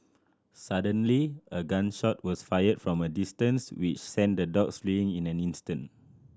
suddenly a gun shot was fired from a distance which sent the dogs fleeing in an instant